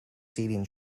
seating